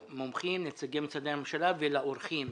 למומחים, נציגי משרדי הממשלה, ולאורחים.